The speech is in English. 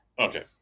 okay